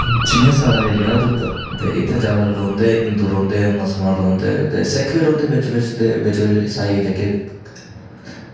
जि'यां साढ़ा एरिया उधमपुर ते इ'त्थें जादा रौह्ंदे हिन्दू रौह्ंदे मुसलमान रौह्ंदे ते सिक्ख बी रौह्ंदे बिच बिच ते बिच बिच ईसाई जेह्के